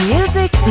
Music